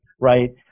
right